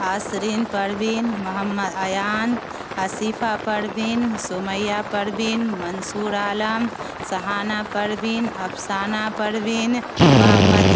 Nasreen Parveen Mohammad Ayan Asifa Parveen Sumaiya Parveen Mansoor Alam Shahana Parveen Afsana Parveen Muhammad